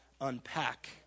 unpack